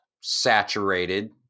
saturated